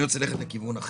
אלך לכיוון אחר: